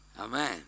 Amen